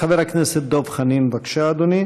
חבר הכנסת דב חנין, בבקשה, אדוני.